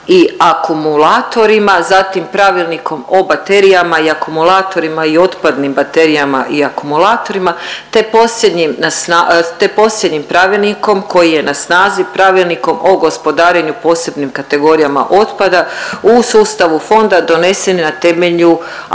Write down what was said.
i akumulatorima, zatim pravilnikom o baterijama i akumulatorima i otpadnim baterijama i akumulatorima te posljednjim pravilnikom koji je na snazi pravilnikom o gospodarenju posebnim kategorijama otpada u sustavu fonda donesen je na temelju aktualnog